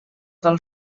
del